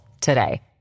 today